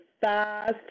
fast